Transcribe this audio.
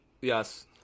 Yes